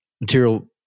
material